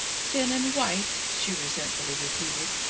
thin and white! she resentfully repeated.